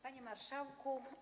Panie Marszałku!